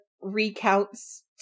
recounts